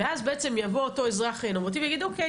ואז בעצם יבוא אותו אזרח נורמטיבי ויגיד "אוקיי,